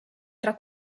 tra